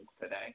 today